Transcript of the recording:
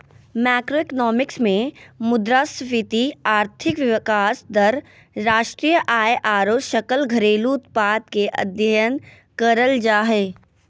macroeconomics मे मुद्रास्फीति, आर्थिक विकास दर, राष्ट्रीय आय आरो सकल घरेलू उत्पाद के अध्ययन करल जा हय